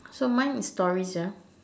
so mine is stories ah